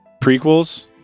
prequels